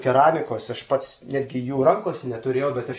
keramikos aš pats netgi jų rankose neturėjau bet aš